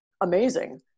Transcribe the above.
Amazing